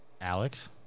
Alex